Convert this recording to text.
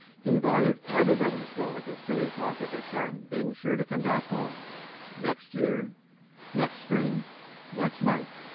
he bothered everybody so with his silly talk of his son being sure to come back home next year next spring next month.